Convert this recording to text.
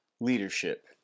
leadership